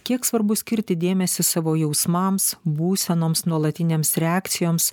kiek svarbu skirti dėmesį savo jausmams būsenoms nuolatinėms reakcijoms